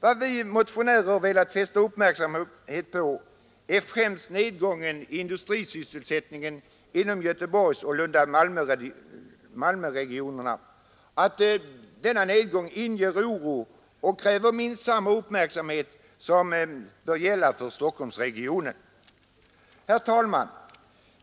Vad vi motionärer velat fästa uppmärksamheten på är främst att nedgången i industrisysselsättningen inom Göteborgsoch Malmö/Lundaregionerna inger stark oro och kräver minst samma uppmärksamhet som inom Stockholmsregionen. Herr talman!